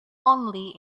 only